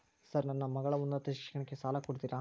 Sir ನನ್ನ ಮಗಳ ಉನ್ನತ ಶಿಕ್ಷಣಕ್ಕೆ ಸಾಲ ಕೊಡುತ್ತೇರಾ?